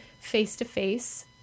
face-to-face